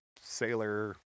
sailor